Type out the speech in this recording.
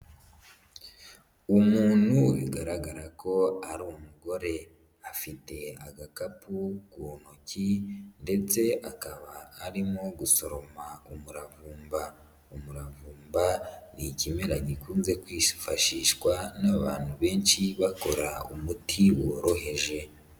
Umuntu bigaragara ko ari umugore, afite agakapu ku ntoki ndetse akaba arimo gusoroma umuravumba. Umuramvumba ni ikimera gikunze kwifashishwa n'abantu benshi bakora umuti woroheje.